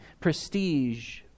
prestige